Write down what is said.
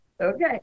Okay